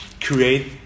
create